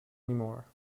more